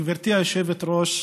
גברתי היושבת-ראש,